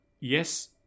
yes